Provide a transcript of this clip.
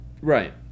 Right